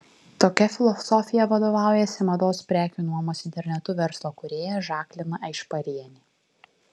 tokia filosofija vadovaujasi mados prekių nuomos internetu verslo kūrėja žaklina aišparienė